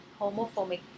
homophobic